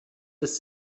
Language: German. des